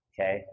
okay